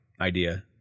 idea